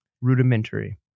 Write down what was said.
Rudimentary